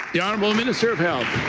the honourable minister of health.